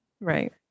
right